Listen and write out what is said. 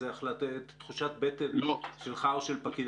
איזו תחושת בטן שלך או של פקיד אחר.